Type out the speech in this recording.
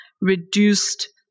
reduced